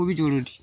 খুব জরুরী